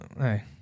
hey